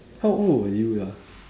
how old were you ah